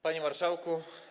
Panie Marszałku!